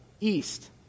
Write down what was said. east